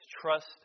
trust